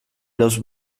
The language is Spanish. los